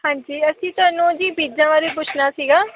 ਹਾਂਜੀ ਅਸੀਂ ਤੁਹਾਨੂੰ ਜੀ ਬੀਜਾਂ ਬਾਰੇ ਪੁੱਛਣਾ ਸੀਗਾ